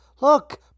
look